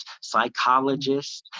psychologists